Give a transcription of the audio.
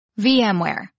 VMware